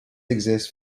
exist